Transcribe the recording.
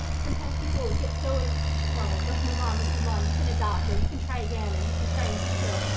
sometimes people get so just a lot like let's move on. let's move on you can adopt or you can try again. or you can try in and vitro.